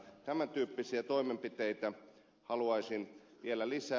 tämän tyyppisiä toimenpiteitä haluaisin vielä lisää